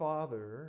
Father